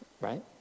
Right